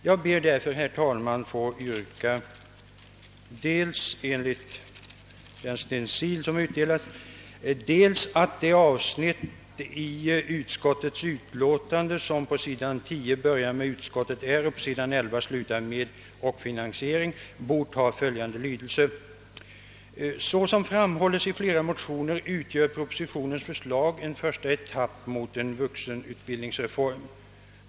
Jag ber därför, herr talman, få yrka dels att det avsnitt i utskottets utlåtande, som på s. 10 börjar med »Utskottet är...» och på s. 11 slutar med »och finansiering», ges följande lydelse: »Såsom framhålles i flera motioner utgör propositionens förslag en första etapp mot en vuxenutbildningsreform.